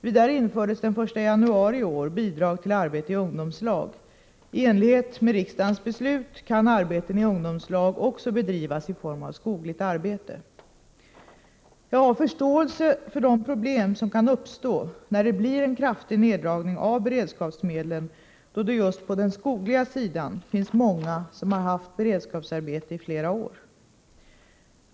Vidare infördes den 1 januari i år bidrag till arbete i ungdomslag. I enlighet med riksdagens beslut kan arbeten i ungdomslag också bedrivas i form av skogligt arbete. Jag har förståelse för de problem som kan uppstå när det blir en kraftig neddragning av beredskapsmedlen då det just på den skogliga sidan finns många som haft beredskapsarbete i flera år.